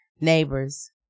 neighbors